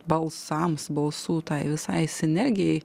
balsams balsų tai visai sinergijai